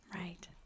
Right